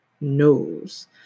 knows